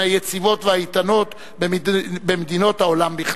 היציבות והאיתנות במדינות העולם בכלל.